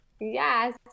Yes